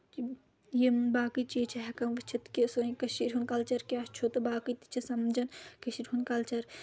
یِم باقٕے چیٖز چھِ ہؠکان وٕچھِتھ کہِ سٲنۍ کٔشیٖر ہُنٛد کلچر کیاہ چھُ تہٕ باقٕے تہِ چھِ سمجان کٔشیٖر ہُند کلچر